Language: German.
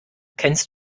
kennst